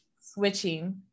switching